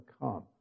come